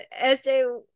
SJ